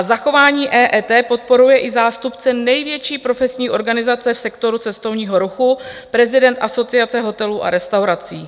Zachování EET podporuje i zástupce největší profesní organizace v sektoru cestovního ruchu, prezident Asociace hotelů a restauraci.